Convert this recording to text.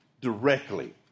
directly